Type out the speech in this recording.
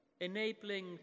Enabling